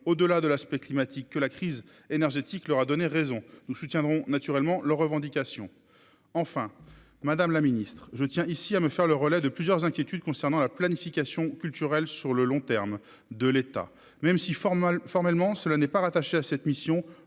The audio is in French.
au-delà de l'aspect climatique que la crise énergétique leur a donné raison, nous soutiendrons naturellement le revendication enfin, Madame la Ministre, je tiens ici à me faire le relais de plusieurs inquiétudes concernant la planification culturel sur le long terme de l'État même si formol formellement, cela n'est pas rattachée à cette mission,